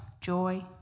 joy